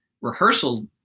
rehearsal